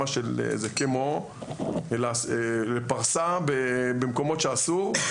ממש כמו פרסה במקומות שאסור.